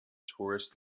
tourist